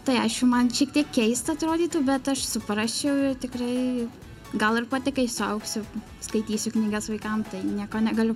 tai aišku man šiek tiek keista atrodytų bet aš suprasčiau ir tikrai gal ir pati kai suaugsiu skaitysiu knygas vaikam tai nieko negaliu